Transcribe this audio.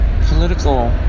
political